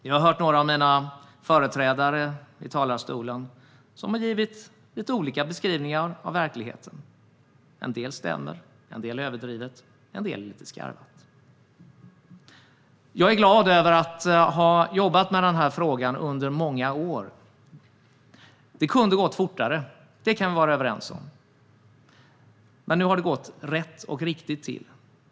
Vi har hört några av mina företrädare i talarstolen ge lite olika beskrivningar av verkligheten. En del stämmer, en del är överdrivet och en del är lite skarvat. Jag är glad över att ha jobbat med frågan under många år. Det kunde ha gått fortare; det kan vi vara överens om. Men nu har det gått rätt och riktigt till.